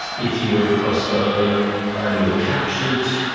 if you were a cross-bow man and you were captured,